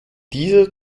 dieser